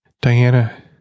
Diana